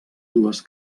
dues